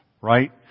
right